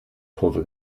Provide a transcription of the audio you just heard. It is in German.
kurve